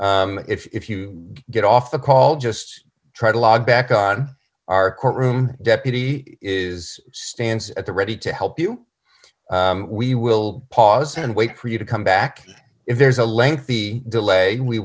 if you get off the call just try to log back on our courtroom deputy is stands at the ready to help you we will pause and wait for you to come back if there's a lengthy delay we